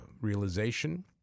realization